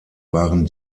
waren